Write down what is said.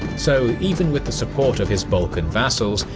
so even with the support of his balkan vassals,